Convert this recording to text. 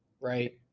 right